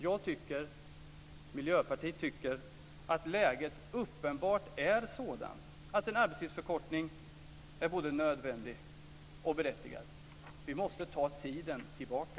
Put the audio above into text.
Jag och Miljöpartiet tycker att läget uppenbart är sådant att en arbetstidsförkortning är både nödvändig och berättigad. Vi måste ta tiden tillbaka.